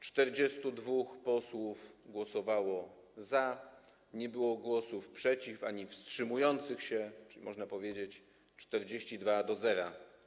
42 posłów głosowało za, nie było głosów przeciw ani wstrzymujących się, czyli można powiedzieć 42 do 0.